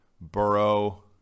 Burrow